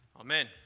Amen